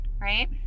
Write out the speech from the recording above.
right